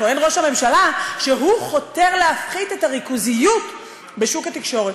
טוען ראש הממשלה שהוא חותר להפחית את הריכוזיות בשוק התקשורת,